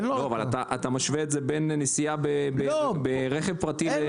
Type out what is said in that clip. אבל אתה משווה את זה בין נסיעה ברכב פרטי לתחבורה.